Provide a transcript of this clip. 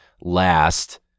last